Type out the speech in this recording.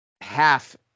half